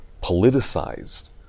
politicized